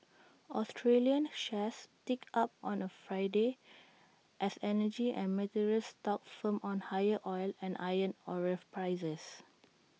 Australian shares ticked up on A Friday as energy and materials stocks firmed on higher oil and iron ore prices